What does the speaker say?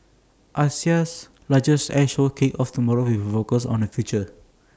Asia's largest air show kicks off tomorrow with focus on the future